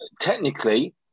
technically